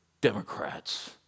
Democrats